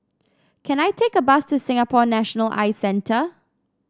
can I take a bus to Singapore National Eye Centre